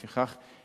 לפיכך,